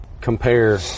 compare